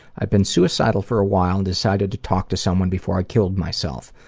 i'd been suicidal for a while and decided to talk to someone before i killed myself.